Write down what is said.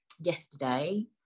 yesterday